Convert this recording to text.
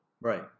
Right